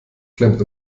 klemmt